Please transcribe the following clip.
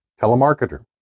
telemarketer